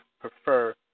prefer